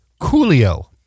Coolio